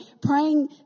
praying